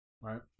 right